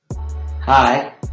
Hi